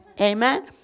Amen